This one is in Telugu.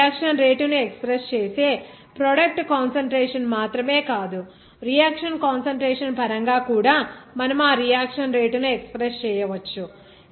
మనము ఈ రియాక్షన్ రేటును ఎక్స్ప్రెస్ చేసే ప్రోడక్ట్ కాన్సంట్రేషన్ మాత్రమే కాదు రియాక్షన్ కాన్సంట్రేషన్ పరంగా కూడా మనము ఆ రియాక్షన్ రేటును ఎక్స్ప్రెస్ చేయవచ్చు